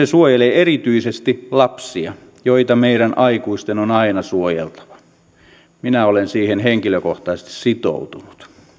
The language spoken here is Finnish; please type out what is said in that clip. suojelee erityisesti lapsia joita meidän aikuisten on aina suojeltava minä olen siihen henkilökohtaisesti sitoutunut